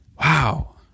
wow